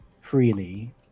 freely